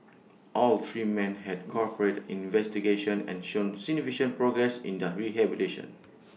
all three men had cooperated investigations and shown signification progress in their rehabilitation